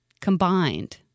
Combined